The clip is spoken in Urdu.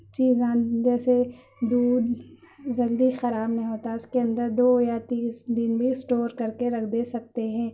چیزاں جیسے دودھ جلدی خراب نہیں ہوتا اس کے اندر دو یا تیس دن بھی اسٹور کر کے رکھ دے سکتے ہیں